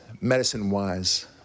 medicine-wise